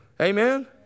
Amen